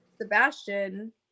Sebastian